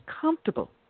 comfortable